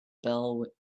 bell